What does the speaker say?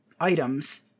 items